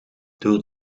door